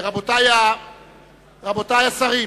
רבותי השרים,